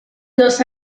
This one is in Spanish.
los